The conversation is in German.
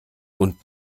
und